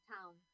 town